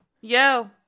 Yo